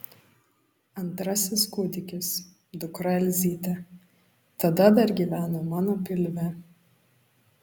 antrasis kūdikis dukra elzytė tada dar gyveno mano pilve